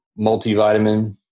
multivitamin